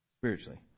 spiritually